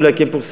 אולי כן פורסם,